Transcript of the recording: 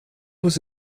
was